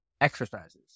exercises